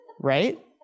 Right